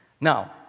Now